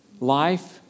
life